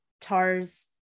TARS